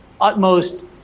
utmost